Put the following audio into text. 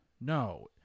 No